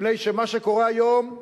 מפני שמה שקורה היום,